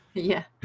yeah.